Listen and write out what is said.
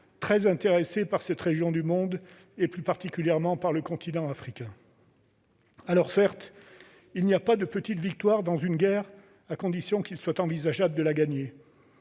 très intéressés par cette région du monde et, plus particulièrement, par le continent africain. Alors, certes, il n'y a pas de petites victoires dans une guerre à condition qu'il soit envisageable de la gagner.